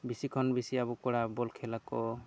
ᱵᱮᱥᱤ ᱠᱷᱚᱱ ᱵᱮᱥᱤ ᱟᱵᱚ ᱠᱚᱲᱟ ᱵᱚᱞ ᱠᱷᱮᱞ ᱟᱠᱚ